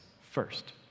first